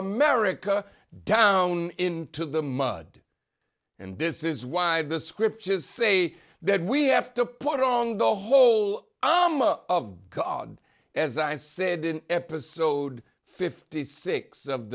america down into the mud and this is why the scriptures say that we have to put on the whole omma of god as i said in episode fifty six of